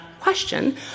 question